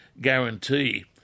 guarantee